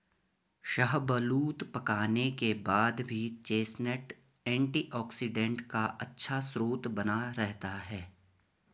शाहबलूत पकाने के बाद भी चेस्टनट एंटीऑक्सीडेंट का अच्छा स्रोत बना रहता है